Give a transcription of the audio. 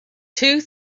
two